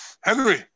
Henry